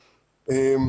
ארי.